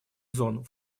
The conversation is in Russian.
зон